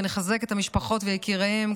ונחזק את המשפחות ויקיריהן,